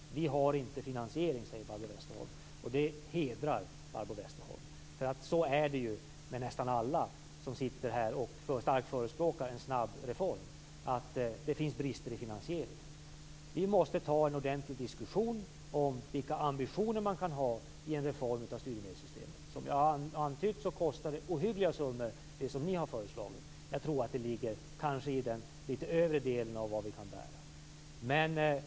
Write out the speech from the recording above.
Vi har inte finansiering, säger Barbro Westerholm. Det hedrar Barbro Westerholm. Så är det ju med nästan alla som sitter här och starkt förespråkar en snabb reform. Det finns brister i finansieringen. Vi måste ta en ordentlig diskussion om vilka ambitioner man kan ha i en reform av studiemedelssystemet. Jag har antytt att det ni har föreslagit kostar ohyggliga summor. Det ligger i den övre delen av vad vi kan bära.